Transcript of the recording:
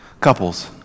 couples